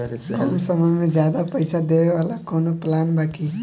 कम समय में ज्यादा पइसा देवे वाला कवनो प्लान बा की?